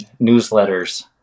newsletters